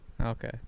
Okay